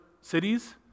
cities